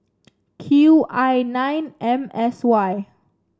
Q I nine M S Y